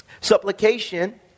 Supplication